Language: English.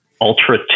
Ultra